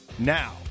Now